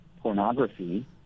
pornography